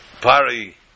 Pari